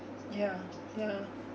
yeah yeah